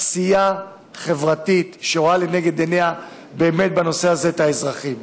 עשייה חברתית שרואה לנגד עיניה באמת בנושא הזה את האזרחים.